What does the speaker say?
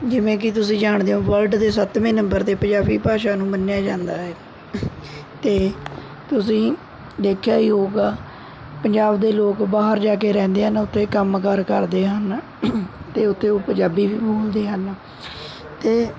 ਜਿਵੇਂ ਕਿ ਤੁਸੀਂ ਜਾਣਦੇ ਹੋ ਵਲਡ ਦੇ ਸੱਤਵੇਂ ਨੰਬਰ 'ਤੇ ਪੰਜਾਬੀ ਭਾਸ਼ਾ ਨੂੰ ਮੰਨਿਆ ਜਾਂਦਾ ਹੈ ਅਤੇ ਤੁਸੀਂ ਦੇਖਿਆ ਹੀ ਹੋਵੇਗਾ ਪੰਜਾਬ ਦੇ ਲੋਕ ਬਾਹਰ ਜਾ ਕੇ ਰਹਿੰਦੇ ਹਨ ਅਤੇ ਕੰਮਕਾਰ ਕਰਦੇ ਹਨ ਅਤੇ ਉੱਥੇ ਉਹ ਪੰਜਾਬੀ ਵੀ ਬੋਲਦੇ ਹਨ ਅਤੇ